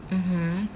(uh huh)